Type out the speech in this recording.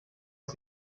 ist